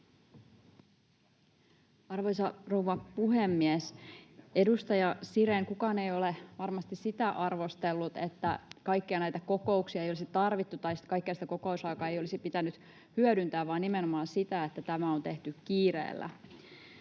Arvoisa rouva puhemies! Edustaja Sirén, kukaan ei ole varmasti sitä arvostellut, että kaikkia näitä kokouksia ei olisi tarvittu tai kaikkea sitä kokousaikaa ei olisi pitänyt hyödyntää, vaan nimenomaan sitä, että tämä on tehty kiireellä.